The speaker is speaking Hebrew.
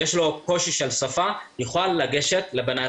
ממשרד הרווחה יש אתנו את אפרת איריס בן עוז,